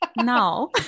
no